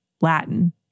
Latin